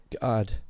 God